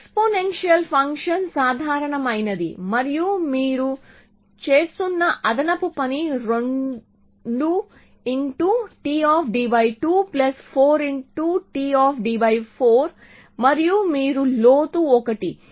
exponential function సాధారణమైనది మరియు మీరు చేస్తున్న అదనపు పని 2 Td2 4Td4 మరియు మీరు లోతు 1